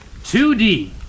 2D